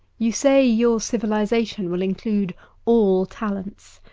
you say your civilization will include all talents.